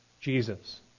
Jesus